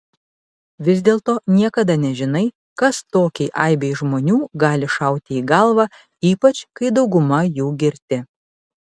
vis dėlto niekada nežinai kas tokiai aibei žmonių gali šauti į galvą ypač kai dauguma jų girti